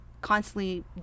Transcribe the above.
constantly